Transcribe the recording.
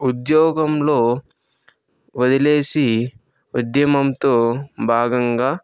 ఉద్యోగం వదిలేసి ఉద్యమంతో భాగంగా